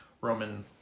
Roman